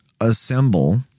assemble